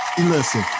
listen